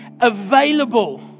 available